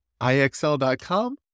IXL.com